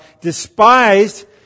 despised